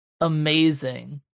amazing